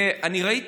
ואני ראיתי,